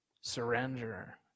surrender